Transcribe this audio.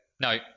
No